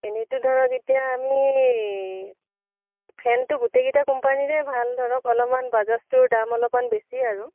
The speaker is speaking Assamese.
এনেইটো ধৰক এতিয়া আমি ফেনটো গোটেইকেইটা কোম্পানীৰে ভাল ধৰক অলপমান বাজাজটোৰ দাম অলপমান বেছি আৰু